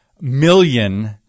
million